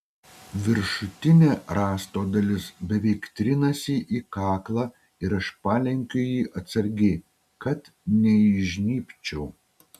viršutinė rąsto dalis beveik trinasi į kaklą ir aš palenkiu jį atsargiai kad neįžnybčiau